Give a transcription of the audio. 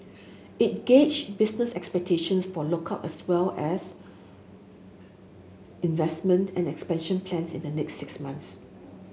it gauge business expectations for lookout as well as investment and expansion plans in the next six months